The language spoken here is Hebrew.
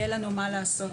יהיה לנו מה לעשות.